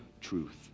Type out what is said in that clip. truth